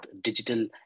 digital